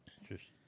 Interesting